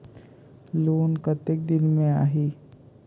Loan कतेक दिन मे आही?